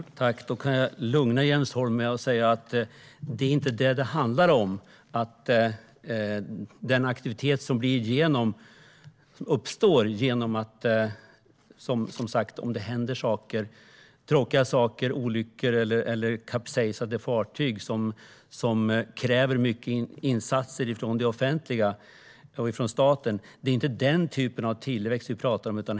Herr talman! Då kan jag lugna Jens Holm med att säga att det inte är det som det handlar om: den aktivitet som uppstår genom att det händer tråkiga saker - olyckor eller fartyg som kapsejsar - som kräver mycket insatser från det offentliga och från staten. Det är inte den typen av tillväxt vi pratar om.